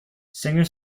singer